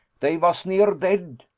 dey vas near dead.